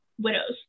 widows